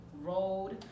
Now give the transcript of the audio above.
road